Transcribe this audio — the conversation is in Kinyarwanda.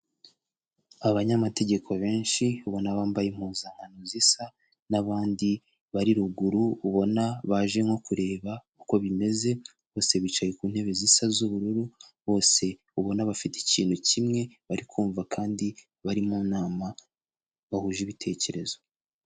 Abanyamategeko benshi ubona bambaye impuzankano zisa, n'abandi bari ruguru ubona baje nko kureba uko bimeze, bose bicaye ku ntebe zisa z'ubururu, bose ubona bafite ikintu kimwe bari kumva kandi bari mu nama bahuje ibitekerezo.